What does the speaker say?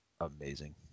amazing